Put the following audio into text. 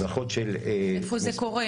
הדרכות של --- איפה זה קורה?